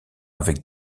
avec